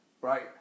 Right